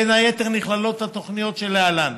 בין היתר נכללות התוכניות שלהלן: